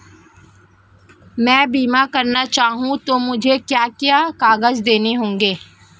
मैं बीमा करना चाहूं तो मुझे क्या क्या कागज़ देने होंगे?